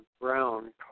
Brown